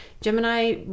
gemini